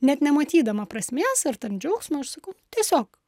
net nematydama prasmės ar ten džiaugsmo aš sakau tiesiog